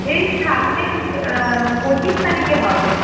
এই সামনের পঁচিশ তারিখে হবে